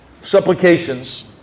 supplications